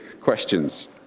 questions